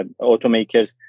automakers